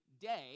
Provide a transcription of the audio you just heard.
day